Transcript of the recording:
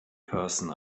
person